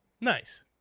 Nice